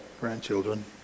grandchildren